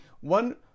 one